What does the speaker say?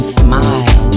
smile